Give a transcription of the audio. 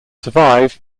survived